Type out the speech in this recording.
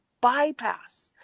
bypass